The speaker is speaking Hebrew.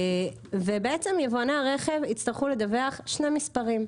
בעצם יבואני הרכב יצטרכו לדווח שני מספרים: